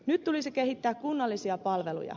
nyt tulisi kehittää kunnallisia palveluja